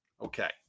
Okay